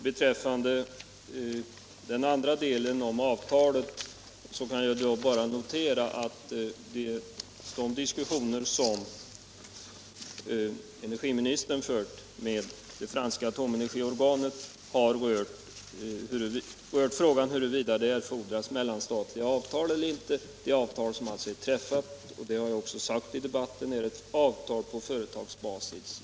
Beträffande den andra delen om avtalet noterar jag att de diskussioner som energiministern har fört med det franska atomenergiorganet har rört frågan huruvida det fordras mellanstatliga avtal eller inte, beträffande det avtal som alltså är träffat. Det har också sagts i debatten att det är ett avtal på företagsbasis.